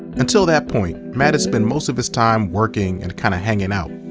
until that point, matt had spent most of his time working and kind of hanging out,